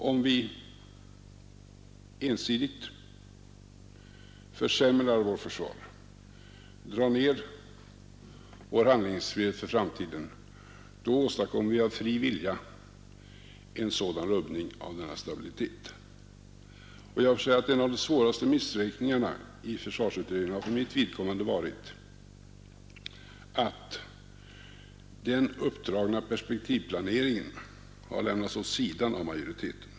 Om vi ensidigt försämrar vårt försvar, drar ned vår handlingsfrihet för framtiden, åstadkommer vi av fri vilja en sådan rubbning av denna stabilitet. En av de svåraste missräkningarna i försvarsutredningen har för mitt vidkommande varit att den uppdragna perspektivplaneringen har lämnats åt sidan av majoriteten.